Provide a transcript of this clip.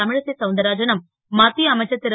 தமி சை சவுந்தராஜனும் மத் ய அமைச்சர் ரு